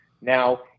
Now